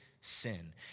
sin